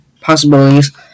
possibilities